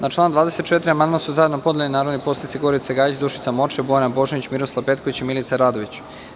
Na član 24. amandman su zajedno podneli narodni poslanici Gorica Gajić, Dušica Morčev, Bojana Božanić, Miroslav Petković i Milica Radović.